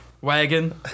wagon